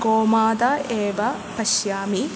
गोमाता एव पश्यामि